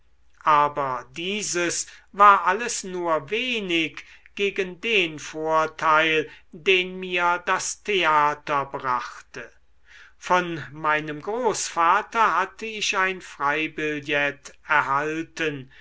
aber dieses war alles nur wenig gegen den vorteil den mir das theater brachte von meinem großvater hatte ich ein freibillett erhalten